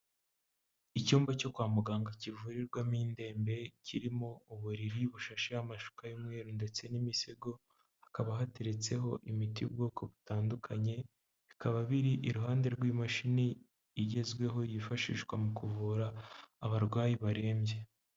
Icyumba cyo kwa muganga kivurirwamo indembe, kirimo uburiri bushasheho amashuka y'umweru ndetse n'imisego, hakaba hateretseho imiti y'ubwoko butandukanye, bikaba biri iruhande rw'imashini igezweho, yifashishwa mu kuvura abarwayi barembye.